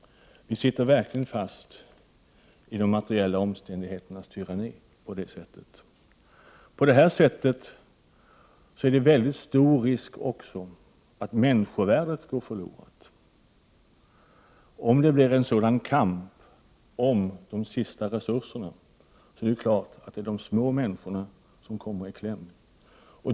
Vi sitter verkligen fast i de materiella omständigheternas tyranni! På det sättet är det också stor risk för att människovärdet går förlorat. Om det blir en sådan kamp om de sista resurserna, är det klart att det är de små människorna som kommer i kläm.